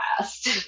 last